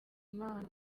impano